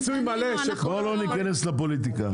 בואי לא ניכנס לפוליטיקה.